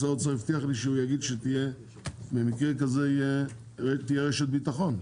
שר האוצר הבטיח לי שהוא יגיד שבמקרה כזה תהיה רשת ביטחון,